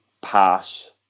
pass